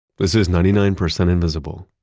this is ninety nine percent invisible.